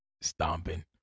stomping